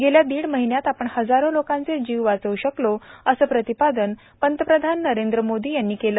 गेल्या दीड महिन्यात आपण हजारो लोकांचे जीव वाचवू शकलो असे प्रतिपादन प्रधानमंत्री नरेंद्र मोदी यांनी आज केले